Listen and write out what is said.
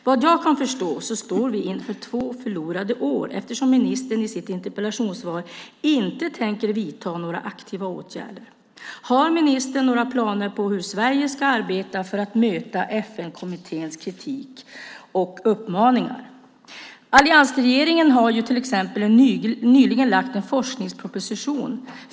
Vad jag kan förstå står vi inför två förlorade år eftersom ministern enligt interpellationssvaret inte tänker vidta några aktiva åtgärder. Har ministern några planer på hur Sverige ska arbeta för att möta FN-kommitténs kritik och uppmaningar? Alliansregeringen har nyligen lagt fram en forskningsproposition.